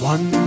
One